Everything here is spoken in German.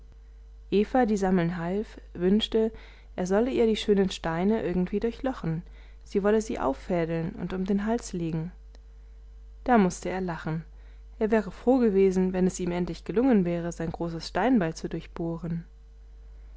half wünschte er solle ihr die schönen steine irgendwie durchlochen sie wolle sie auffädeln und um den hals legen da mußte er lachen er wäre froh gewesen wenn es ihm endlich gelungen wäre sein grobes steinbeil zu durchbohren